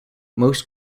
most